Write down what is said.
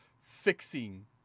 fixing